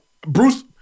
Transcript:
Bruce